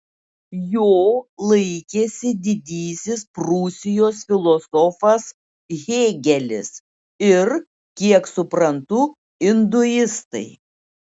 jo laikėsi didysis prūsijos filosofas hėgelis ir kiek suprantu induistai